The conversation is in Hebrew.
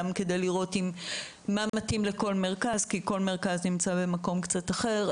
גם כדי לראות מה מתאים לכל מרכז כי כל מרכז נמצא במקום קצת אחר.